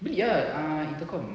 beli ah uh intercom